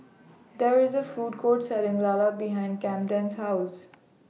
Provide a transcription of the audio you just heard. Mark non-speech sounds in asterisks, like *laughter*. *noise* There IS A Food Court Selling Lala behind Kamden's House